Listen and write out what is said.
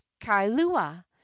Kailua